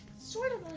sort of